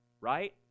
right